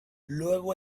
luego